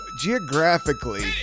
geographically